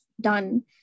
done